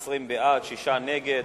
20 בעד, שישה נגד,